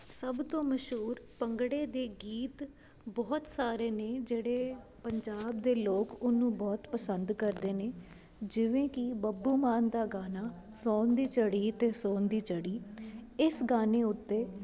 ਸਭ ਤੋਂ ਮਸ਼ੂਰ ਭੰਗੜੇ ਦੇ ਗੀਤ ਬਹੁਤ ਸਾਰੇ ਨੇ ਜਿਹੜੇ ਪੰਜਾਬ ਦੇ ਲੋਕ ਉਹਨੂੰ ਬਹੁਤ ਪਸੰਦ ਕਰਦੇ ਨੇ ਜਿਵੇਂ ਕੀ ਬੱਬੂ ਮਾਨ ਦਾ ਗਾਨਾ ਸੌਨ ਦੀ ਝੜੀ ਤੇ ਸੌਨ ਦੀ ਝੜੀ ਇਸ ਗਾਨੇ ਉੱਤੇ